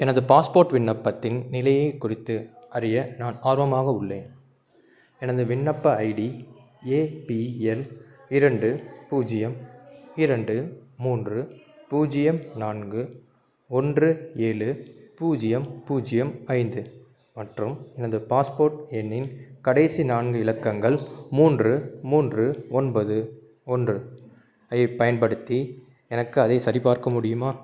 எனது பாஸ்போர்ட் விண்ணப்பத்தின் நிலையை குறித்து அறிய நான் ஆர்வமாக உள்ளேன் எனது விண்ணப்ப ஐடி ஏ பி எல் இரண்டு பூஜ்ஜியம் இரண்டு மூன்று பூஜ்ஜியம் நான்கு ஒன்று ஏழு பூஜ்ஜியம் பூஜ்ஜியம் ஐந்து மற்றும் எனது பாஸ்போர்ட் எண்ணின் கடைசி நான்கு இலக்கங்கள் மூன்று மூன்று ஒன்பது ஒன்று ஐப் பயன்படுத்தி எனக்கு அதைச் சரிபார்க்க முடியுமா